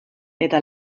eta